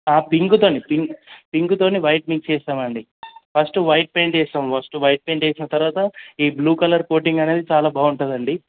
పింక్తోని pink పింక్తోని white mix చేస్తామండి first white paint వేస్తాం ఫస్టు వైట్ పెయింట్ వేసిన తరువాత ఈ బ్లూ కలర్ కోటింగ్ అనేది చాలా బాగుంటుందండి